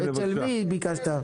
אצל מי ביקשת?